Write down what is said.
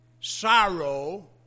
sorrow